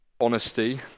honesty